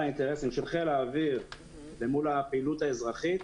האינטרסים של חיל האוויר אל מול הפעילות האזרחית,